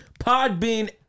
Podbean